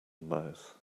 mouth